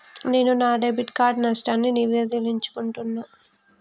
నేను నా debit card నష్టాన్ని నివేదించాలనుకుంటున్నా